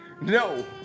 no